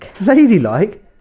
Ladylike